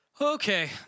Okay